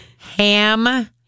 ham